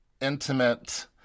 intimate